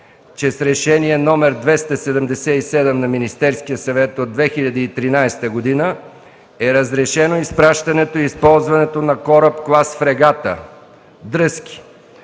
че с Решение № 277 на Министерския съвет от 2013 г. е разрешено изпращането и използването на кораб клас „Фрегата” – „Дръзки”